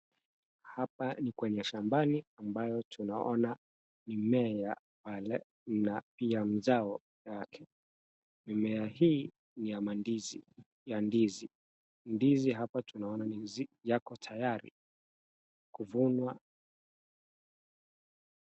Hapa ni kwenye shambani ambayo tunaona mimea pale na pia mizao yake. Mimea hii ni ya ndizi. Ndizi hapa tunaona yako tayari kuvunwa.